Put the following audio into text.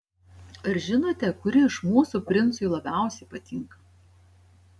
ar žinote kuri iš mūsų princui labiausiai patinka